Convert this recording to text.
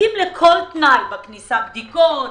תסכים לכל תנאי בכניסה בדיקות,